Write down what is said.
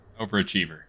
Overachiever